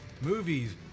movies